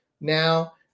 now